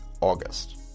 August